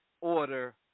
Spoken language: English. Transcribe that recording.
order